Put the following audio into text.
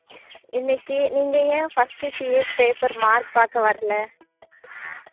இன்றைக்கு நீங்கள் ஏன் ஃபஸ்ட்டு சிஏ பேப்பர் மார்க் பார்க்க வரலை